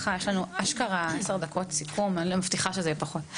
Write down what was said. יש לנו 10 דקות לסיכום ואני מבטיחה שזה יהיה פחות.